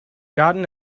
gotten